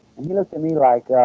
and he looked at me like.